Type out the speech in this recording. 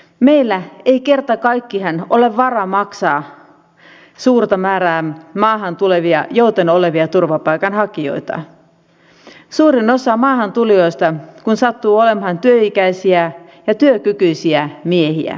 meillä ei kerta kaikkiaan ole varaa maksaa suurta määrää maahan tulevia jouten olevia turvapaikanhakijoita suurin osa maahantulijoista kun sattuu olemaan työikäisiä ja työkykyisiä miehiä